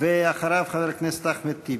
אחריו, חבר הכנסת אחמד טיבי.